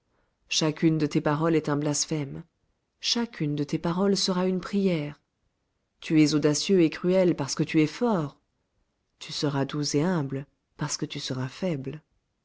chacune de tes paroles est un blasphème chacune de tes paroles sera une prière tu es audacieux et cruel parce que tu es fort tu seras doux et humble parce que tu seras faible